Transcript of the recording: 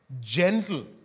Gentle